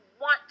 want